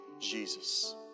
Jesus